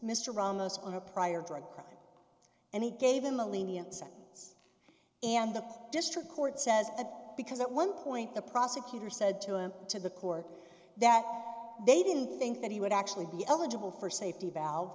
ramos on a prior drug crime and they gave him a lenient sentence and the district court says because at one point the prosecutor said to him to the court that they didn't think that he would actually be eligible for safety valve